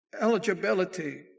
eligibility